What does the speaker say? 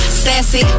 Sassy